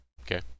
okay